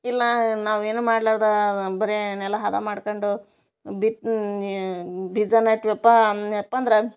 ಇಲ್ಲ ನಾವು ಏನು ಮಾಡ್ಲಾರ್ದೆ ಬರೇ ನೆಲ ಹದ ಮಾಡ್ಕೊಂಡು ಬಿತ್ತು ನೀ ಬೀಜ ನಟ್ವಿಯಪ್ಪ ಅಂದ್ನ್ಯಪ್ಪ ಅಂದ್ರೆ